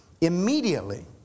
immediately